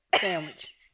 sandwich